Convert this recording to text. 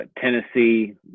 Tennessee